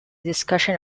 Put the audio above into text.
discussion